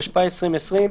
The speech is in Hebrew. התשפ"א-2020.